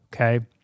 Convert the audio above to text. okay